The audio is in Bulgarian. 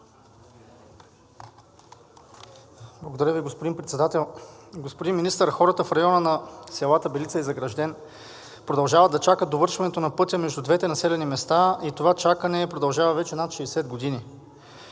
Благодаря Ви, господин Председател. Господин Министър, хората в района на селата Белица и Загражден продължават да чакат довършването на пътя между двете населени места и това чакане продължава вече над 60 години